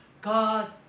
God